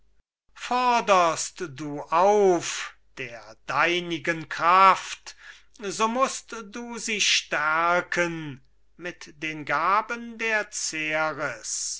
forderst du auf der deinigen kraft so mußt du sie stärken mit den gaben der